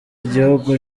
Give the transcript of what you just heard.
igihugu